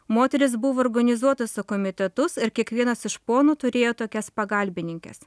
moterys buvo organizuotos į komitetus ir kiekvienas iš ponų turėjo tokias pagalbininkes